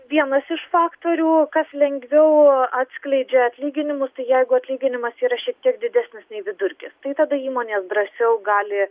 vienas iš faktorių kas lengviau atskleidžia atlyginimus tai jeigu atlyginimas yra šiek tiek didesnis nei vidurkis tai tada įmonės drąsiau gali